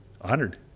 Honored